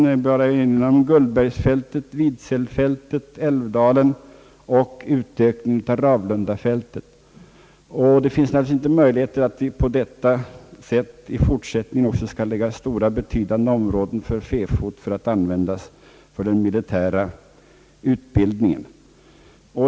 Jag vill bara erinra om Gullbergsfältet, Vidselfältet, älvdalen och utökningen av Ravlundafältet. Det finns naturligtvis inte möjlighet att på detta sätt i fortsättningen lägga stora områden för fäfot för att använda dem för militär utbildning.